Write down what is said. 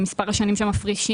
למספר השנים שמפרישים,